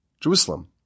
Jerusalem